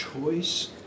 choice